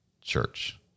church